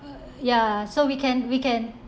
ya so we can we can